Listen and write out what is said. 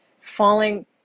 falling